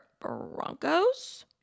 Broncos